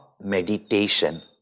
meditation